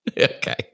Okay